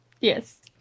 Yes